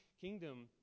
kingdom